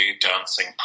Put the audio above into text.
dancing